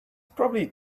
probably